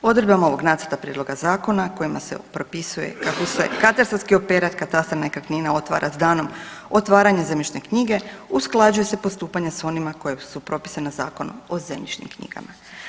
Odredbama ovog nacrta prijedloga zakona kojima se propisuje katastarski operat katastra nekretnina otvara s danom otvaranja zemljišne knjige, usklađuje se postupanje s onima koji su propisana Zakonom o zemljišnim knjigama.